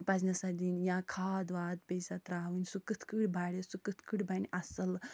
پزِنَہ سا دِنۍ یا کھاد واد پے سا ترٛاوٕنۍ سُہ کِتھ کٔنۍ بَڑِ سُہ کِتھ کٔنۍ بَنہِ اَصٕل